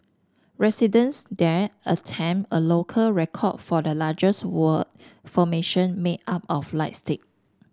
residents there attempt a local record for the largest word formation made up of light stick